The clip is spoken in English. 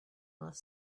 off